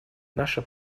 наша